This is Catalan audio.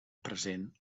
present